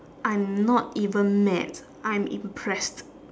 I'm not even mad I'm impressed